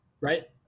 right